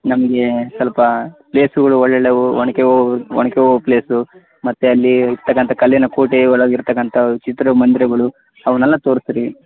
ನಮಗೆ ಸ್ವಲ್ಪ ಪ್ಲೇಸ್ಗಳು ಒಳ್ಳೊಳ್ಳೆವು ಒನಕೆ ಓಬ ಒನಕೆ ಓಬವ್ವನ ಪ್ಲೇಸು ಮತ್ತೆ ಅಲ್ಲಿ ಇರತಕ್ಕಂಥ ಕಲ್ಲಿನ ಕೋಟೆಯ ಒಳಗಿರತಕ್ಕಂಥ ಚಿತ್ರಮಂದಿರಗಳು ಅವನ್ನೆಲ್ಲ ತೋರಿಸ್ರೀ